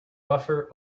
buffer